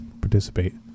participate